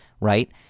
right